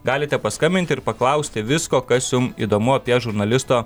galite paskambinti ir paklausti visko kas jum įdomu apie žurnalisto